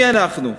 מי אנחנו,